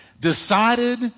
decided